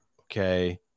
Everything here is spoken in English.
okay